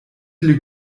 viele